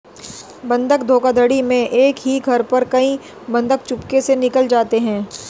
बंधक धोखाधड़ी में एक ही घर पर कई बंधक चुपके से निकाले जाते हैं